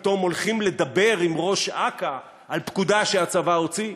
פתאום הולכים לדבר עם ראש אכ"א על פקודה שהצבא הוציא,